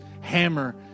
hammer